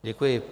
Děkuji.